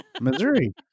Missouri